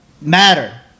matter